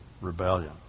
rebellion